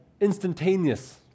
instantaneous